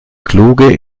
kluge